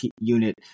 unit